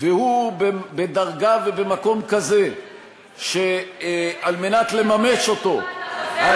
והוא בדרגה ובמקום כזה שעל מנת לממש אותו -- אתה